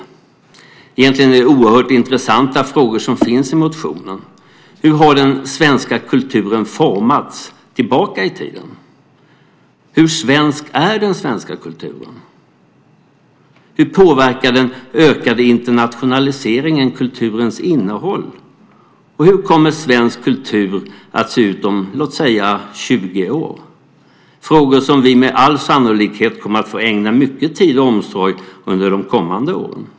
Det är egentligen oerhört intressanta frågor i motionen. Hur har den svenska kulturen formats tillbaka i tiden? Hur svensk är den svenska kulturen? Hur påverkar den ökade internationaliseringen kulturens innehåll? Hur kommer svensk kultur att se ut om, låt säga, 20 år. Det är frågor som vi med all sannolikhet kommer att få ägna mycket tid och omsorg under de kommande åren.